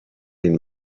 این